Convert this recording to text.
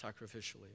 sacrificially